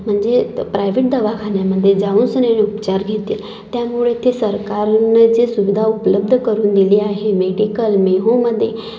म्हणजे त प्रायव्हेट दवाखान्यामधे जाऊनसनी उपचार घेतील त्यामुळे ते सरकारनं जे सुविधा उपलब्ध करून दिली आहे मेडिकल मेहोमधे